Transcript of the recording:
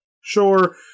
sure